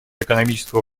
экономического